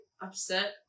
upset